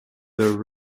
the